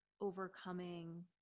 overcoming